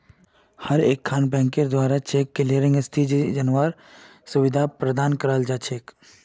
हर एकखन बैंकेर द्वारा चेक क्लियरिंग स्थिति जनवार सुविधा प्रदान कराल जा छेक